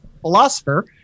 philosopher